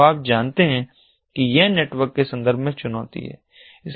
तो आप जानते हैं कि यह नेटवर्क के संदर्भ में चुनौती है